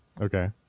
Okay